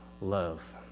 love